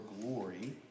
glory